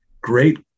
Great